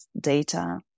data